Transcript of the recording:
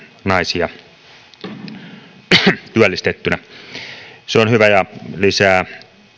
naisia se on hyvä ja lisää